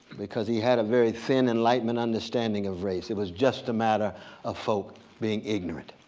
because he had a very thin enlightenment understanding of race. it was just a matter of folk being ignorant.